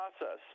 process